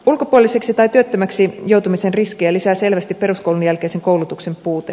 ulkopuoliseksi tai työttömäksi joutumisen riskejä lisää selvästi peruskoulun jälkeisen koulutuksen puute